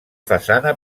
façana